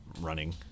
running